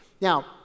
Now